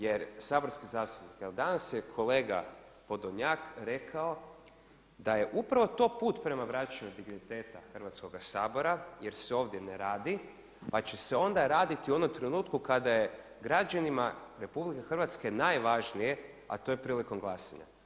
Jer saborski zastupnici, evo danas je kolega Podolnjak rekao da je upravo to put prema vraćanju digniteta Hrvatskoga sabora jer se ovdje ne radi pa će se onda raditi u onom trenutku kada je građanima Republike Hrvatske najvažnije, a to je prilikom glasanja.